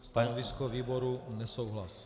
Stanovisko výboru nesouhlas.